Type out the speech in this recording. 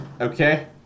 Okay